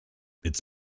its